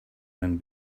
than